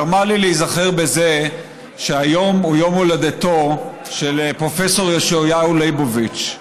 גרמה לי להיזכר בזה שהיום הוא יום הולדתו של פרופ' ישעיהו ליבוביץ,